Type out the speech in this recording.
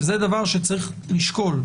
שזה דבר שיש לשקול.